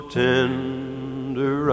tender